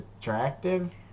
attractive